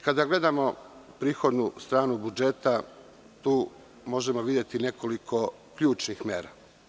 Kada gledamo prihodnu stranu budžeta, tu možemo videti nekoliko ključnih mera.